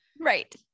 Right